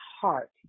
heart